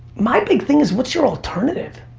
my big thing is what's your alternative?